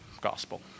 gospel